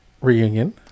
reunion